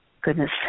Goodness